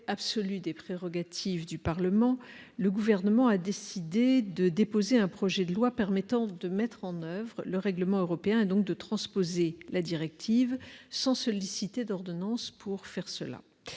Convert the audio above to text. absolu des prérogatives du Parlement, le Gouvernement a décidé de déposer un projet de loi permettant de mettre en oeuvre le règlement européen et de transposer la directive, sans solliciter d'ordonnance pour ce faire.